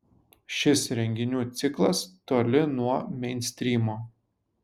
šis renginių ciklas toli nuo meinstrymo